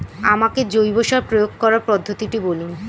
আমাকে জৈব সার প্রয়োগ করার পদ্ধতিটি বলুন?